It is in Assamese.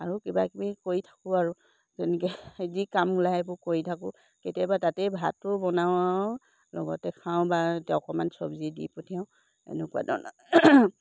আৰু কিবাকিবি কৰি থাকোঁ আৰু যেনেকৈ যি কাম ওলাই সেইবোৰ কৰি থাকোঁ কেতিয়াবা তাতেই ভাতো বনাওঁ লগতে খাওঁ বা অকণমান চব্জি দি পঠিয়াওঁ এনেকুৱা ধৰণৰ